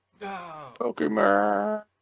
Pokemon